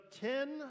ten